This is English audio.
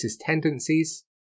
tendencies